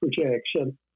projection